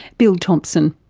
bill thompson.